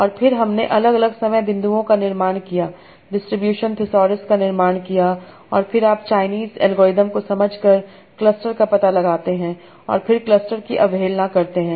और फिर हमने अलग अलग समय बिंदुओं का निर्माण किया डिस्ट्रीब्यूशन थिसॉरस का निर्माण किया और फिर आप चाइनीज़ संदर्भ समय 1234 एल्गोरिथ्म को समझकर क्लस्टर का पता लगाते हैं और फिर क्लस्टर की अवहेलना करते हैं